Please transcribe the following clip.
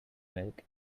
milk